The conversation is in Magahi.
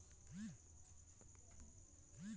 कृषि ऋण भारत के अर्थव्यवस्था के रीढ़ हई